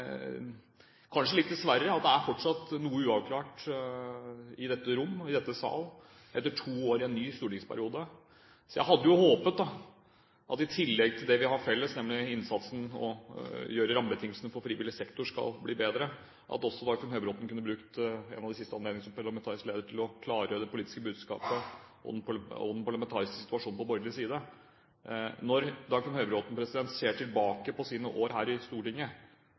at det dessverre fortsatt er noe uavklart i dette rom og i denne sal etter to år i en ny stortingsperiode. Jeg hadde jo håpet at Dagfinn Høybråten, i tillegg til det vi har felles, nemlig innsatsen for at rammebetingelsene for frivillig sektor skal bli bedre, kunne brukt en av de siste anledningene som parlamentarisk leder til å klargjøre det politiske budskapet og den parlamentariske situasjonen på borgerlig side. Når han ser tilbake på sine år her i Stortinget,